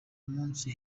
munsi